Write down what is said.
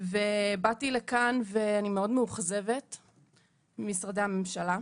ובאתי לכאן ואני מאוד מאוכזבת ממשרדי הממשלה.